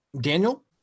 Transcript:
Daniel